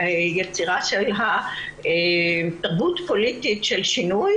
יצירה של תרבות פוליטית של שינוי,